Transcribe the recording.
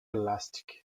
elastic